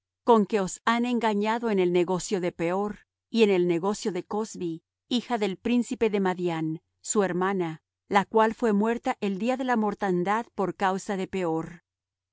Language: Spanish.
con que os han engañado en el negocio de peor y en el negocio de cozbi hija del príncipe de madián su hermana la cual fué muerta el día de la mortandad por causa de peor